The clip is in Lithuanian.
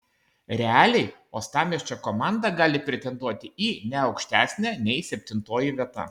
realiai uostamiesčio komanda gali pretenduoti į ne aukštesnę nei septintoji vieta